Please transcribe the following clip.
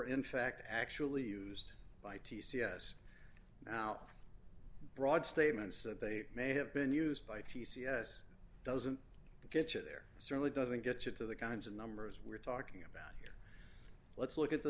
in fact actually used by t c s now broad statements that they may have been used by t c s doesn't get you there certainly doesn't get you to the kinds of numbers we're talking about let's look at the